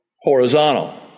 horizontal